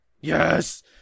Yes